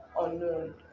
unknown